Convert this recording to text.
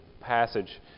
passage